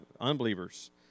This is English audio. unbelievers